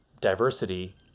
diversity